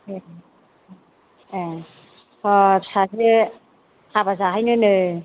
ए ए ह सासे हाबा जाहैनो नो